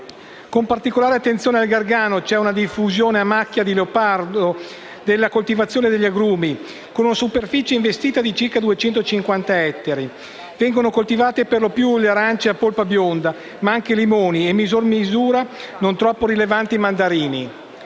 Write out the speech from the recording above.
Con particolare attenzione al Gargano, c'è una diffusione a macchia di leopardo della coltivazione degli agrumi, con una superficie investita di circa 250 ettari. Vengono coltivate per lo più arance a polpa bionda, ma anche limoni e, in misura non troppo rilevante, mandarini.